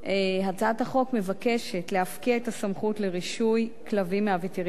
הצעת החוק מבקשת להפקיע את הסמכות לרישוי כלבים מהווטרינרים